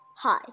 Hi